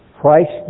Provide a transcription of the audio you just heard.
Christ